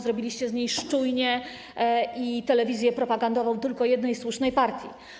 Zrobiliście z niej szczujnię i telewizję propagandową jednej słusznej partii.